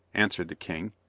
answered the king,